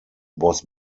was